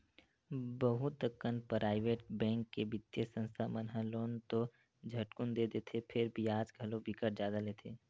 बहुत कन private bank के बित्तीय संस्था मन ह लोन तो झटकुन दे देथे फेर बियाज घलो बिकट जादा लेथे